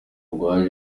rwa